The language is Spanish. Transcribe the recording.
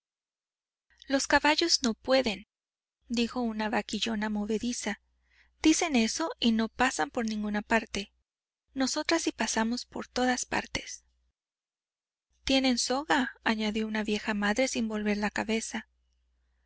los intrusos los caballos no pueden dijo una vaquillona movediza dicen eso y no pasan por ninguna parte nosotras sí pasamos por todas partes tienen soga añadió una vieja madre sin volver la cabeza